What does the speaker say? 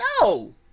No